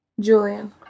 Julian